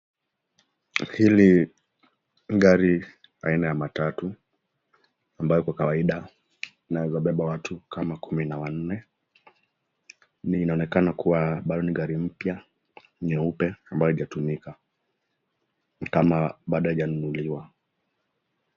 Hili ni gari aina ya matatu ambayo kwa kawaida inaweza beba watu kama kumi na wanne na inaonekana kuwa ambayo ni gari mpya nyeupe ambayo haijatumika ni kama bado haijanunuliwa.